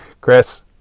chris